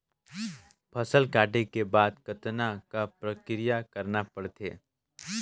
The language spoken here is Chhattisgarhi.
फसल काटे के बाद कतना क प्रक्रिया करना पड़थे?